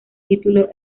título